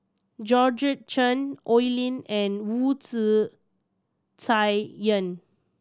Georgette Chen Oi Lin and Wu Tsai Yen